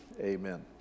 Amen